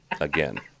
again